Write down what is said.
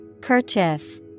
Kerchief